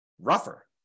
rougher